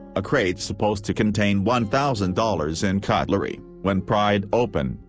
a crate supposed to contain one thousand dollars in cutlery, when pried open,